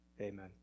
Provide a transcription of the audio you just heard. Amen